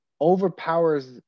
overpowers